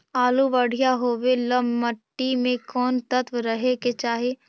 आलु बढ़िया होबे ल मट्टी में कोन तत्त्व रहे के चाही?